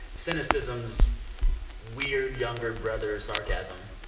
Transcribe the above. cynicism's weird younger brother sarcasm,